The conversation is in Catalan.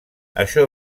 això